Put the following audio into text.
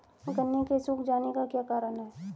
गन्ने के सूख जाने का क्या कारण है?